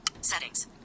Settings